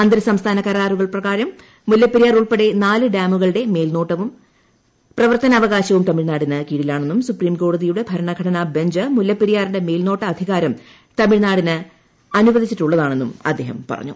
അന്തർ സംസ്ഥാന കരാറുകൾ പ്രകാരം മുല്ലപ്പെരിയാർ ഉൾപ്പെടെ നാല് ഡാമുകളുടെ മേൽനോട്ടവും പ്രവർത്തനാ അവകാശവും തമിഴ്നാടിന് കീഴിലാണെന്നും സുപ്രീം കോടതിയുടെ ഭരണഘടനാബെഞ്ച് മുല്ലപ്പെരിയാറിന്റെ മേൽനോട്ടാധികാരം തമിഴ്നാടിന് അനുവദിച്ചിട്ടുള്ളതാണെന്നും അദ്ദേഹം പറഞ്ഞു